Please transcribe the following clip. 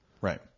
Right